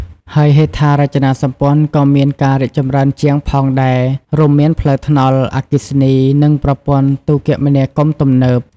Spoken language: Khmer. ហើយហេដ្ឋារចនាសម្ព័ន្ធ ក៏មានការរីកចម្រើនជាងផងដែរ រួមមានផ្លូវថ្នល់ អគ្គិសនី និងប្រព័ន្ធទូរគមនាគមន៍ទំនើប។